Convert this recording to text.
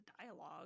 dialogue